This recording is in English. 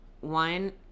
One